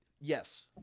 yes